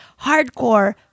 hardcore